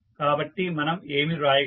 కాబట్టి మనం ఏమి వ్రాయగలం